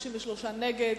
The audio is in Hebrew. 33 הצביעו נגד,